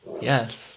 Yes